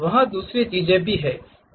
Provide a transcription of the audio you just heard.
वहां दूसरी चीजें भी हैं